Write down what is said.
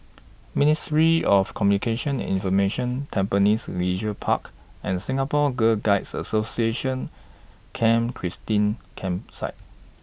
Ministry of Communications and Information Tampines Leisure Park and Singapore Girl Guides Association Camp Christine Campsite